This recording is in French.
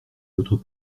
votre